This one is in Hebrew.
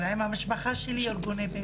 אבל הם המשפחה שלי --- בסדר,